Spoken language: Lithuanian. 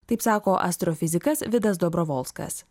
taip sako astrofizikas vidas dobrovolskas